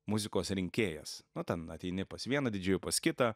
muzikos rinkėjas nu ten ateini pas vieną didžėjų pas kitą